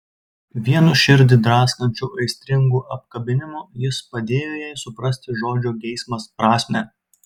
vienu širdį draskančiu aistringu apkabinimu jis padėjo jai suprasti žodžio geismas prasmę